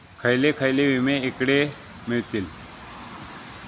खयले खयले विमे हकडे मिळतीत?